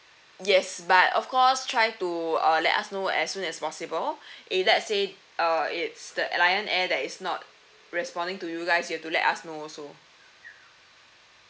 yes but of course try to uh let us know as soon as possible if let's say uh it's the air lion air and that is not responding to you guys you have to let us know also